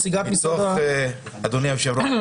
אדוני היושב-ראש,